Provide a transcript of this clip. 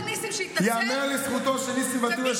ייאמר לזכותו של ניסים ואטורי,